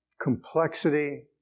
complexity